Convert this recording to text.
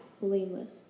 blameless